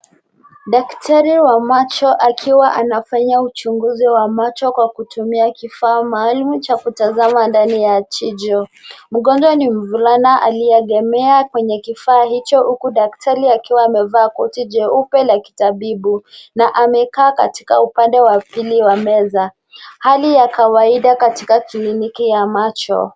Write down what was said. Daktari wa macho akiwa anafanya uchunguzi wa macho kwa kutumia kifaa maalum cha kutazama ndani ya jicho. Mgonjwa ni mvulana aliyeegemea kwenye kifaa hicho huku daktari akiwa amevaa koti jeupe la kitabibu na amekaa katika ukanda wa pili ya meza, hali ya kawaida katika kliniki ya macho.